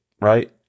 right